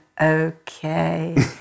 okay